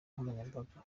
nkoranyambaga